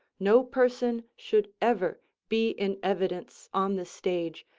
no person should ever be in evidence on the stage,